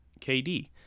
KD